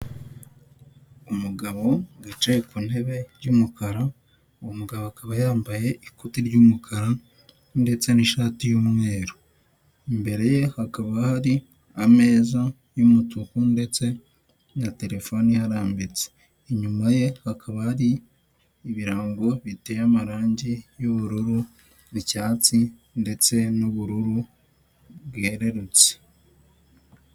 Umugabo wicaye ku ntebe y'umukara uwo mugabo akaba yambaye ikoti ry'umukara ndetse n'ishati y'umweru imbere ye hakaba hari ameza y'umutuku ndetse na terefoni yararambitse inyuma ye hakaba ari ibirango biteye amarangi y'ubururu, icyatsi ndetse n'ubururu bwerurutse.